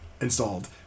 installed